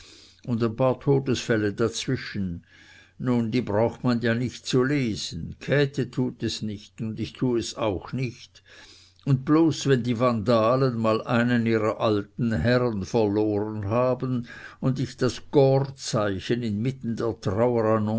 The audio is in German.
und ein paar todesfälle dazwischen nun die braucht man ja nicht zu lesen käthe tut es nicht und ich tu es auch nicht und bloß wenn die vandalen mal einen ihrer alten herrn verloren haben und ich das korpszeichen inmitten der